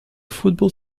football